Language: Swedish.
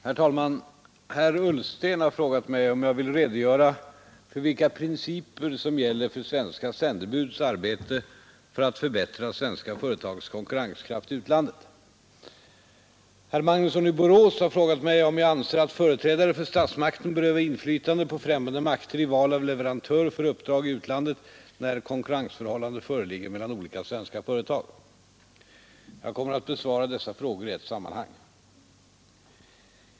Herr talman! Herr Ullsten har frågat mig, om jag vill redogöra för vilka principer som gäller för svenska sändebuds arbete för att förbättra svenska företags konkurrenskraft i utlandet. Herr Magnusson i Borås har frågat mig om jag anser att företrädare för statsmakten bör öva inflytande på främmande makter i val av leverantör för uppdrag i utlandet, när konkurrensförhållande föreligger mellan olika svenska företag. Jag kommer att besvara dessa frågor i ett sammanhang.